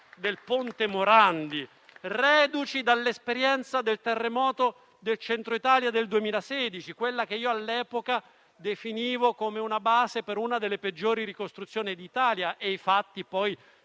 del ponte Morandi, reduci dall'esperienza del terremoto del Centro-Italia del 2016, quella che all'epoca definivo come la base di una delle peggiori ricostruzioni d'Italia; i fatti poi